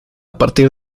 partir